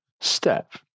step